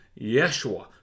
Yeshua